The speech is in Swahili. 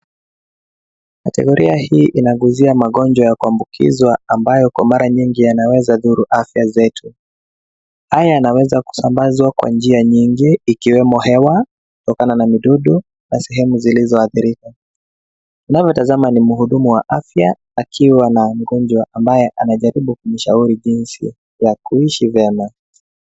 Kategoria hii inaguzia magonjwa ya kuambukizwa ambayo kwa mara nyingi yanaweza dhuru afya zetu. Haya yanaweza kusambazwa kwa njia nyingi ikiwemo hewa, kutokana na midudu na sehemu zilizoathirika. Tunavyotazama ni mhudumu wa afya akiwa na mgonjwa ambaye anajaribu kumshauri jinsi ya kuishi vyema.